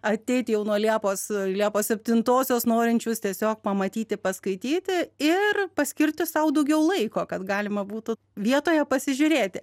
ateit jau nuo liepos liepos septintosios norinčius tiesiog pamatyti paskaityti ir paskirti sau daugiau laiko kad galima būtų vietoje pasižiūrėti